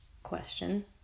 question